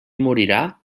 morirà